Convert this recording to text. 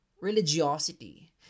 religiosity